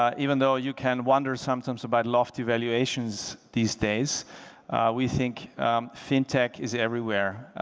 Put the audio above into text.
um even though you can wonder sometimes about lofty valuations these days we think fintech is everywhere